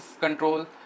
control